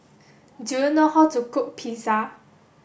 do you know how to cook Pizza